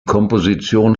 komposition